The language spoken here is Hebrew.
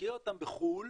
נשקיע אותם בחו"ל